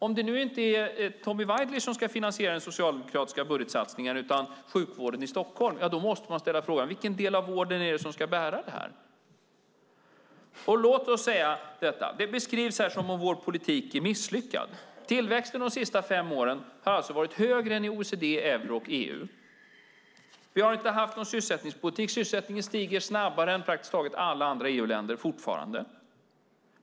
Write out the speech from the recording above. Om det inte är Tommy Waidelich som ska finansiera den socialdemokratiska budgetsatsningen utan sjukvården i Stockholm, då måste man ställa frågan: Vilken del av vården är det som ska bära detta? Låt oss säga detta: Det beskrivs som om vår politik är misslyckad. Men tillväxten de senaste fem åren har varit högre än i OECD, euroområdet och EU. Vi har inte haft någon sysselsättningspolitik, sägs det. Men sysselsättningen stiger fortfarande snabbare än i praktiskt taget alla EU-länder.